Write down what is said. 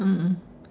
mm mm